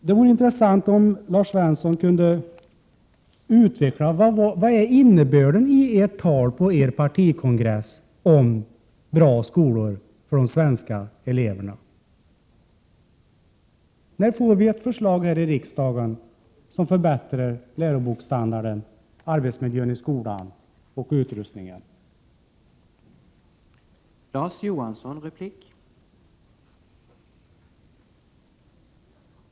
Det vore intressant om Lars Svensson kunde utveckla innebörden i ert tal på partikongressen om bra skolor för de svenska eleverna. När får vi ett förslag i riksdagen som förbättrar läroboksstandarden, arbetsmiljön och utrustningen i skolan?